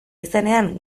izenean